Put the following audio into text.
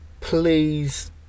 Please